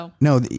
No